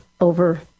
over